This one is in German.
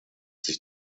sich